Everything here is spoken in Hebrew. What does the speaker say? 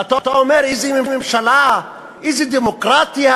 ואתה אומר: איזו ממשלה, איזו דמוקרטיה.